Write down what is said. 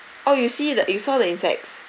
oh you see the you saw the insects